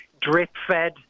drip-fed